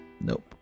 Nope